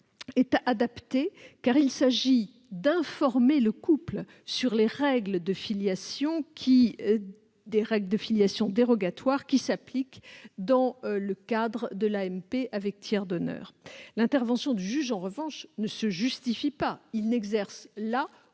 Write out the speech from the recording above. est adaptée, car il s'agit d'informer le couple sur les règles de filiation dérogatoires qui s'appliquent dans le cadre de l'AMP avec tiers donneur. L'intervention du juge, en revanche, ne se justifie pas : il n'exerce là